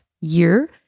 year